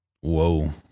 whoa